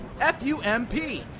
f-u-m-p